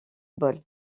ball